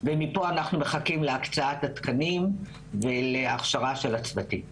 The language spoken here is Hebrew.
מפה אנחנו מחכים להקצאת התקנים ולהכשרה של הצוותים.